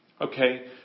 Okay